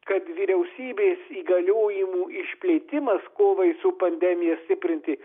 kad vyriausybės įgaliojimų išplėtimas kovai su pandemija stiprinti